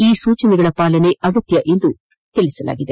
ಈ ಸೂಚನೆಗಳ ಪಾಲನೆ ಆಗತ್ಯವೆಂದು ತಿಳಿಸಲಾಗಿದೆ